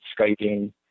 Skyping